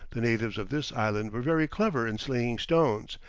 the natives of this island were very clever in slinging stones,